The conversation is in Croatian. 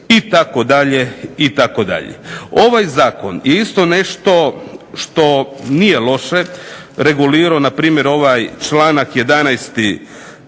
na tajkune itd. Ovaj zakon je isto nešto što nije loše regulirao, npr. ovaj članak 11.